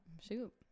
shoot